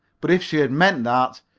but if she had meant that,